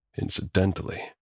Incidentally